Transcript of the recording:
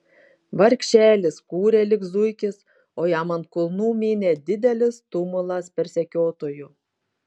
vargšelis kūrė lyg zuikis o jam ant kulnų mynė didelis tumulas persekiotojų